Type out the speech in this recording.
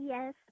Yes